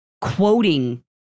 quoting